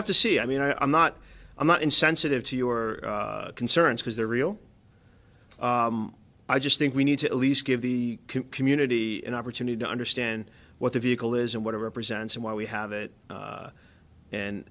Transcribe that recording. have to see i mean i'm not i'm not insensitive to your concerns because they're real i just think we need to at least give the community an opportunity to understand what the vehicle is and what it represents and why we have it and and